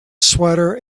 sweater